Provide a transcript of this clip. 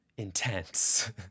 intense